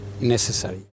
necessary